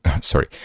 sorry